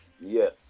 Yes